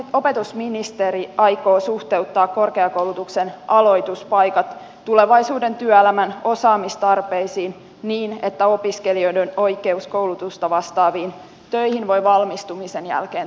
miten opetusministeri aikoo suhteuttaa korkeakoulutuksen aloituspaikat tulevaisuuden työelämän osaamistarpeisiin niin että opiskelijoiden oikeus koulutusta vastaaviin töihin voi valmistumisen jälkeen toteutua